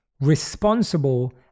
responsible